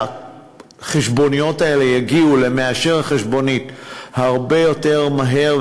שהחשבוניות האלה יגיעו למאשר החשבונית הרבה יותר מהר,